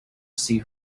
see